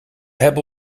hebben